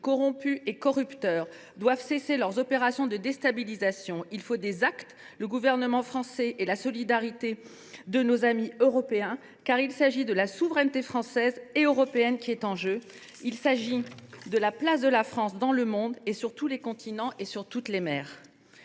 corrompus et corrupteurs doivent cesser leurs opérations de déstabilisation. Il faut des actes du gouvernement français et la solidarité de nos amis européens, car c’est la souveraineté française et européenne qui est en jeu. Il y va de la place de la France dans le monde, sur tous les continents et sur toutes les mers.